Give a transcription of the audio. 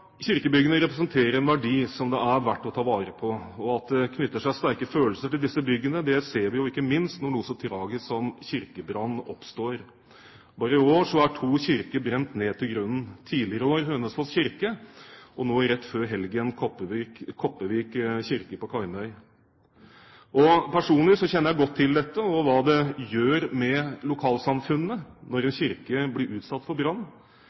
Kirkebyggene representerer en verdi som det er verd å ta vare på. At det knytter seg sterke følelser til disse byggene, ser vi jo ikke minst når noe så tragisk som kirkebrann oppstår. Bare i år har to kirker brent ned til grunnen – tidligere i år Hønefoss kirke, og nå rett før helgen Kopervik kirke på Karmøy. Personlig kjenner jeg godt til dette og hva det gjør med et lokalsamfunn når en kirke blir utsatt for brann.